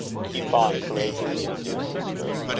keep on courageously, dear sister.